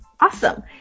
Awesome